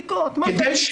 מכן.